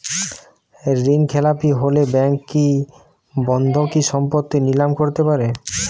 ঋণখেলাপি হলে ব্যাঙ্ক কি বন্ধকি সম্পত্তি নিলাম করতে পারে?